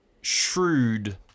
shrewd